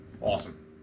Awesome